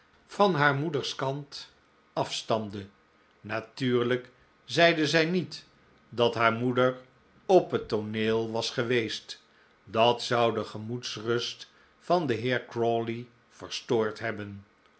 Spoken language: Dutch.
van haar moeders kant afstamde natuurlijk zeide zij niet dat haar moeder op het tooneel was geweest dat zou de gemoedsrust van den heer crawley verstoord hebben